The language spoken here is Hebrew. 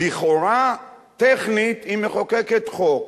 לכאורה, טכנית, היא מחוקקת חוק.